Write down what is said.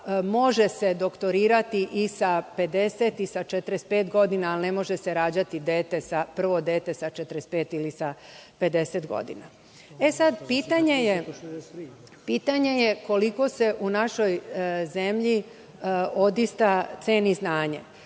Može se doktorirati i sa 50, i sa 45 godina, ali ne može se rađati prvo dete sa 45 ili sa 50 godina. Pitanje je koliko se u našoj zemlji odista ceni znanje.